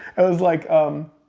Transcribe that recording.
i was like, um.